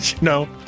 No